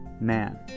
man